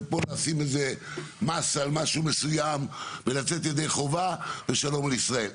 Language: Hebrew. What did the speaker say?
ובואו נשים איזה מס על משהו מסוים ולצאת ידי חובה ושלום על ישראל.